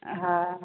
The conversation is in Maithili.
हँ